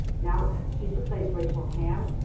now she's replaced rachael ham.